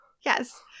yes